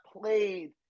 played